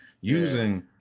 using